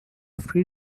free